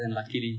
luckily